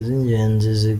z’ingenzi